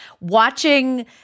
watching